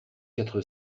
quatre